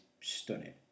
stunning